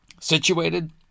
situated